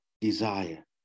desire